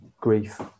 grief